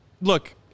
look